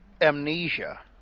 amnesia